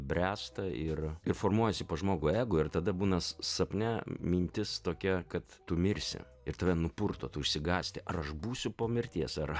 bręsta ir ir formuojasi pas žmogų ego ir tada bunas sapne mintis tokia kad tu mirsi ir tave nupurto tu išsigąsti ar aš būsiu po mirties ar